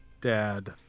dad